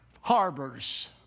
harbors